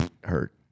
hurt